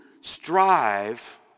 strive